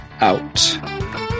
out